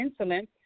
insulin